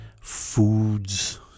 foods